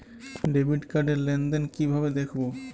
Debit কার্ড র লেনদেন কিভাবে দেখবো?